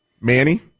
Manny